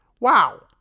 Wow